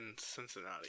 Cincinnati